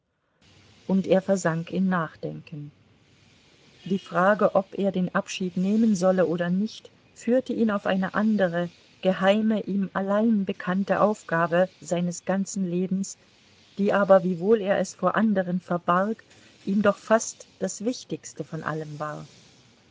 und er versank in nachdenken die frage ob er den abschied nehmen solle oder nicht führte ihn auf eine andere geheime ihm allein bekannte aufgabe seines ganzen lebens die aber wiewohl er es vor anderen verbarg ihm doch fast das wichtigste von allem war